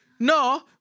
No